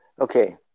okay